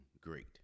great